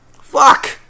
Fuck